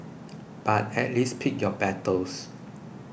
but at least pick your battles